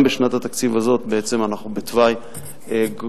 גם בשנת התקציב הזאת בעצם אנחנו בתוואי גדל,